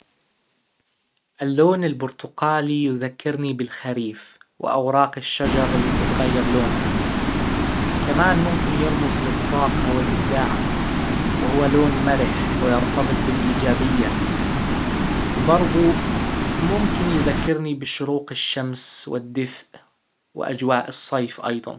اللون البرتقالي يذكرني بالخريف واوراق الشجر اللي تتغير لونها كمان ممكن يرمز للطاقة والابداع وهو لون مرح ويرتبط بالايجابية وبرضو ممكن يذكرني بشروق الشمس والدفء وأجواء الصيف ايضا